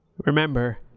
Remember